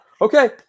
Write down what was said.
Okay